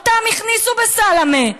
אותם הכניסו בסלמה.